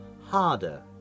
harder